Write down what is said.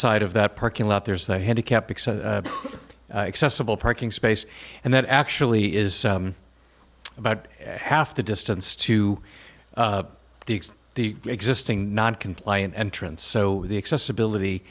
side of that parking lot there's the handicapped accessible parking space and that actually is about half the distance to the x the existing non compliant entrance so the accessibility